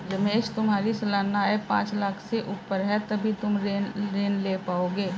रमेश तुम्हारी सालाना आय पांच लाख़ से ऊपर है तभी तुम ऋण ले पाओगे